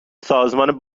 سازمان